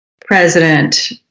president